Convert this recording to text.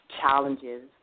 challenges